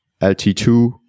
LT2